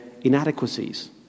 inadequacies